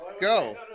go